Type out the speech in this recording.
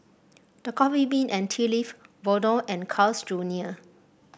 The Coffee Bean and Tea Leaf Vono and Carl's Junior